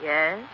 Yes